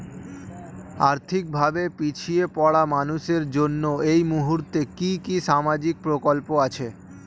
আর্থিক ভাবে পিছিয়ে পড়া মানুষের জন্য এই মুহূর্তে কি কি সামাজিক প্রকল্প আছে?